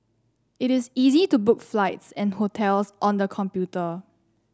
it is easy to book flights and hotels on the computer